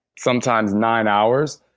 sometimes nine hours,